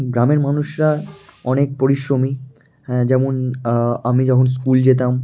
গ্রামের মানুষরা অনেক পরিশ্রমী হ্যাঁ যেমন আমি যখন স্কুল যেতাম